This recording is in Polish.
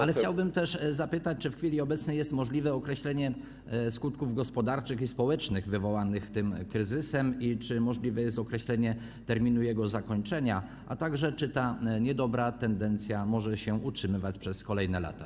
Ale chciałbym też zapytać, czy w chwili obecnej jest możliwe określenie skutków gospodarczych i społecznych wywołanych tym kryzysem, czy możliwe jest określenie terminu jego zakończenia oraz czy ta niedobra tendencja może się utrzymywać przez kolejne lata.